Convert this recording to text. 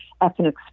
ethnic